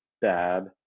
bad